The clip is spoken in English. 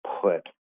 put